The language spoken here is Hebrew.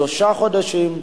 שלושה חודשים,